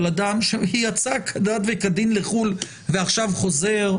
אדם שיצא כדת וכדין לחו"ל ועכשיו חוזר,